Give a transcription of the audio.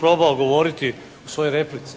probao govoriti u svojoj replici,